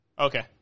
Okay